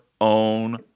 own